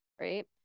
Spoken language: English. right